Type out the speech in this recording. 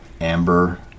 amber